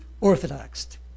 Orthodox